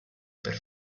per